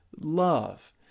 love